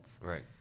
Right